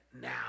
now